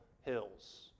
hills